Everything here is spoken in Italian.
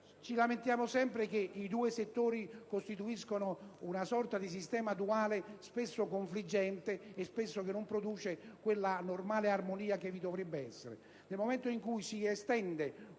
Ci lamentiamo sempre che i due settori costituiscono una sorta di sistema duale, spesso confliggente e che spesso non produce quella normale armonia che ci dovrebbe essere.